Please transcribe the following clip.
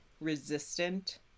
resistant